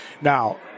Now